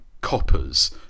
coppers